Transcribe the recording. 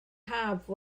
haf